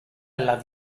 love